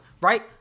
Right